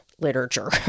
literature